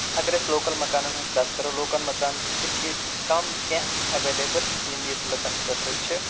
اگر أسۍ لوکل مکانن ہٕنٛز کتھ کرو لوکل مکان تہِ چھِ ییٚتہِ کم کینٛہہ ایٚویلیبٕل یِم ییٚتہِ لٕکَن خٲطرٕ چھِ